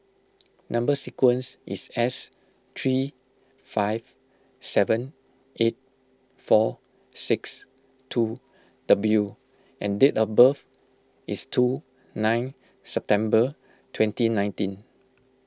Number Sequence is S three five seven eight four six two W and date of birth is two nine September twenty nineteen